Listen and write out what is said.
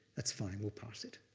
that's fine, we'll pass it.